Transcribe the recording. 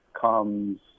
comes